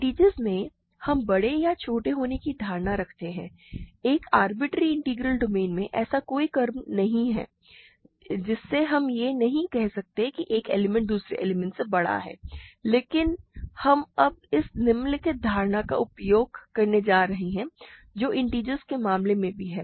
integers में हम बड़े या छोटे होने की धारणा रखते हैं एक आरबिटरेरी इंटीग्रल डोमेन में ऐसा कोई क्रम नहीं है जिससे हम यह नहीं कह सकते कि एक एलिमेंट दूसरे एलिमेंट से बड़ा है लेकिन हम अब इस निम्नलिखित धारणा का उपयोग करने जा रहे हैं जो इंटिजर्स के मामले में भी है